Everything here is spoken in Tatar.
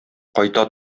кайта